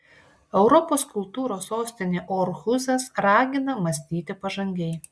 europos kultūros sostinė orhusas ragina mąstyti pažangiai